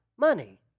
money